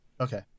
okay